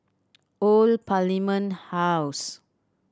Old Parliament House